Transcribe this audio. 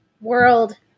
world